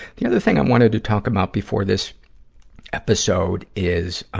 the other thing i wanted to talk about before this episode is, um,